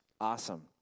Awesome